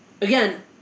again